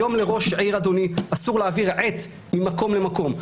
היום לראש עיר אסור להעביר עט ממקום למקום.